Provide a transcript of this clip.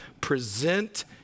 present